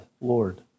Lord